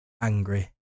angry